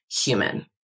human